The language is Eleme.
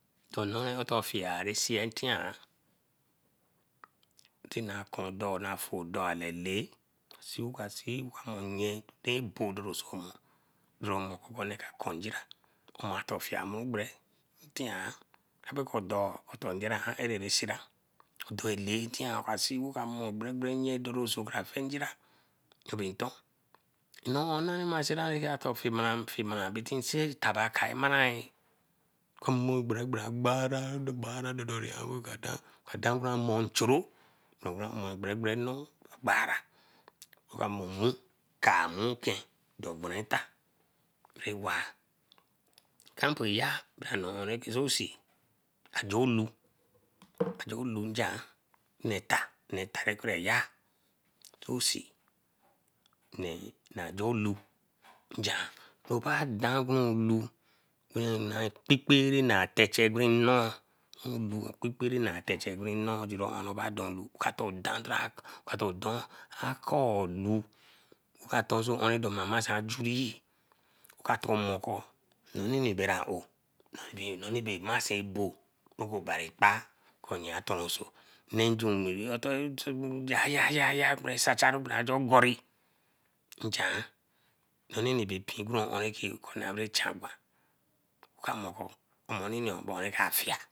Tor noo ota fetiah. Tina kondonafudolele ti wa si oka mo nye rebodoroson mor ka kun ngira. Okun aton fie morubere tian abe kor do areri sira dor lay ntie abbey mo gbere nye doso kra fey ngira, dobinton fimara fimara tabaki marain ken mo ogbo bagbara dor dor an oka dan kora amor nchoro, ra kra mor gbe gbere noo a gbara. Oka mor mmu ka mmuken dor gberen-eta rah waah. Campu yah bara noo eren osi ade-olu njian. Obadan olu, anai kpikpiru na techeri nnoo jurah raba odolu raka dey aka enu ra tonsoo masan juree oka tonmo kor nnoniri bera oou nonini masen abo obari kpah nye atonso Yah yah yah bere sacharu bera ojo goree nchean nonini bae pi oni kone bae chan gwan oka morko ogbonrunro ka fie.